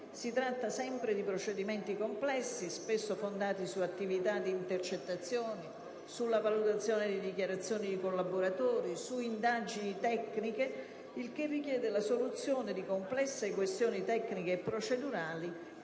Si tratta sempre di procedimenti complessi, spesso fondati su attività di intercettazione, sulla valutazione di dichiarazioni di collaboratori, su indagini tecniche che richiedono la soluzione di complesse questioni tecniche e procedurali,